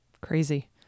Crazy